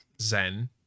zen